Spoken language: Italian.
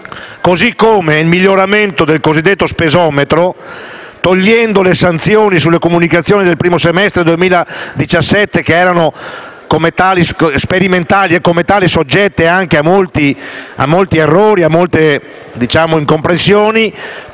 così come il miglioramento del cosiddetto spesometro, togliendo le sanzioni sulle comunicazioni del primo semestre 2017, che erano sperimentali e, come tali, soggette anche a molti errori e incomprensioni,